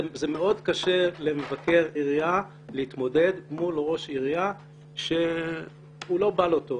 זה מאוד קשה למבקר עירייה להתמודד מול ראש עירייה שהוא לא בא לו טוב,